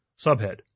Subhead